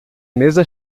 mesa